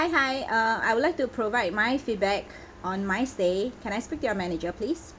hi hi uh I would like to provide my feedback on my stay can I speak your manager please